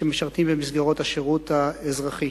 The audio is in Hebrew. שמשרתים במסגרות השירות האזרחי.